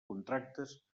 contractes